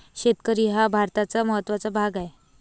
शेतकरी हा भारताचा महत्त्वाचा भाग आहे